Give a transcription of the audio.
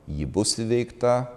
ji bus įveikta